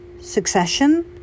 Succession